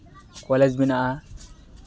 college ᱢᱮᱱᱟᱜᱼᱟ